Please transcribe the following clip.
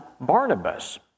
Barnabas